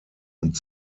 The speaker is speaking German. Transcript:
und